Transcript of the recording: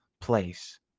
place